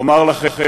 אומר לכם,